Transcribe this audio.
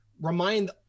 remind